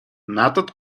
надад